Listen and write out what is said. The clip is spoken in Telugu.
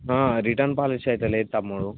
రిటర్న్ పాలిసీ అయితే లేదు తమ్ముడు